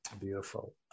Beautiful